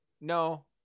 No